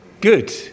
good